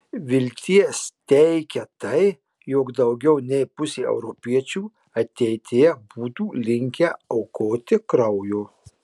vilties teikia tai jog daugiau nei pusė europiečių ateityje būtų linkę aukoti kraujo